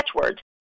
catchwords